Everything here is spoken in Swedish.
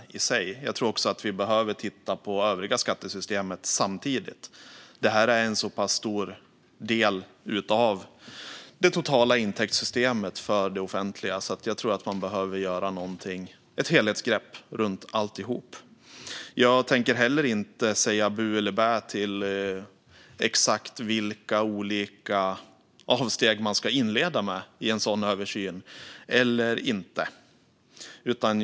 Jag tror att vi också samtidigt behöver titta på det övriga skattesystemet. Detta är en så pass stor del av det offentligas totala intäktssystem att jag tror att man behöver ta ett helhetsgrepp om alltihop. Jag tänker heller inte säga bu eller bä när det gäller exakt vilka avsteg man ska inleda med eller inte i en sådan översyn.